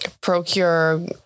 procure